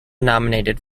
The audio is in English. nominated